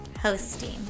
Hosting